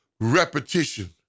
repetition